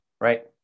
Right